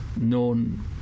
known